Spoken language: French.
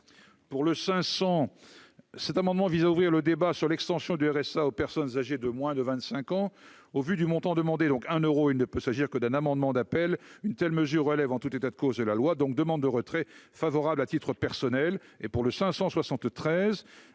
pour le 500, cet amendement vise à ouvrir le débat sur l'extension du RSA aux personnes âgées de moins de 25 ans, au vu du montant demandé donc un euro il ne peut s'agir que d'un amendement d'appel, une telle mesure relève en tout état de cause, la loi donc demande de retrait favorable à titre personnel et pour le 573